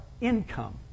income